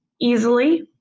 easily